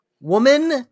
Woman